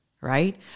right